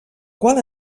qual